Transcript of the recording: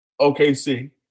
OKC